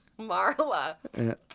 Marla